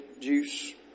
juice